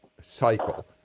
cycle